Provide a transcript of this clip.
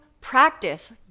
practice